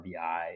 RBI